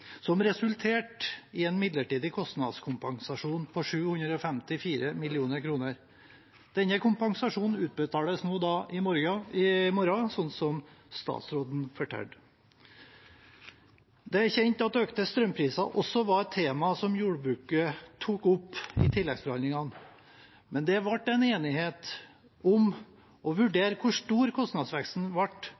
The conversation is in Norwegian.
som resulterte i en midlertidig kostnadskompensasjon på 754 mill. kr. Denne kompensasjonen utbetales i morgen, som statsråden fortalte. Det er kjent at økte strømpriser også var et tema som jordbruket tok opp i tilleggsforhandlingene, men det ble en enighet om å vurdere hvor stor kostnadsveksten ble